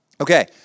Okay